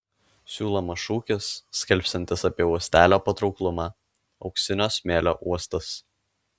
siūlomas šūkis skelbsiantis apie uostelio patrauklumą auksinio smėlio uostas